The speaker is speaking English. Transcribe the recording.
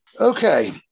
Okay